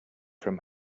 from